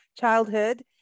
childhood